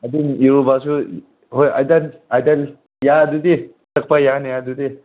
ꯑꯗꯨꯝ ꯏꯔꯨꯕꯁꯨ ꯍꯣꯏ ꯌꯥꯏ ꯑꯗꯨꯗꯤ ꯆꯠꯄ ꯌꯥꯅꯤ ꯑꯗꯨꯗꯤ